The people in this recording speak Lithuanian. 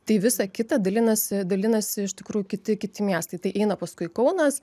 tai visa kita dalinasi dalinasi iš tikrųjų kiti kiti miestai tai eina paskui kaunas